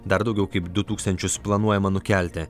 dar daugiau kaip du tūkstančius planuojama nukelti